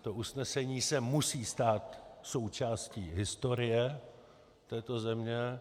To usnesení se musí stát součástí historie této země.